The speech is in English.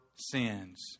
sins